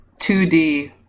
2D